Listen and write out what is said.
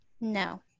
No